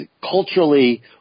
culturally